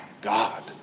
God